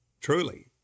truly